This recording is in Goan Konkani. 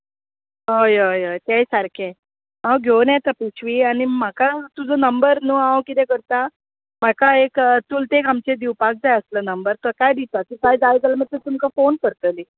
हय हय हय तेंवूय सारकें हांव घेवन येता पिशवी आनी म्हाका तुजो नंबर न्हू हांव कितें करतां म्हाका एक चुलतेक आमचो दिवपाक जाय आसलो नंबर ताकाय दितां तिकाय जाय जाल्यार मागीर ती तुमकां फोन करतली